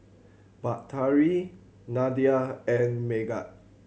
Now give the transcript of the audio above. Batari Nadia and Megat